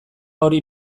hori